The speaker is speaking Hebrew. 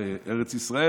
בארץ ישראל,